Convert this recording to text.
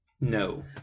No